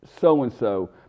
so-and-so